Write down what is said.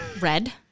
Red